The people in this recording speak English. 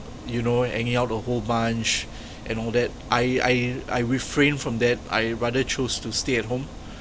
you know hanging out the whole bunch and all that I I I refrained from that I rather chose to stay at home